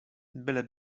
byle